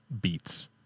beats